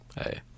Hey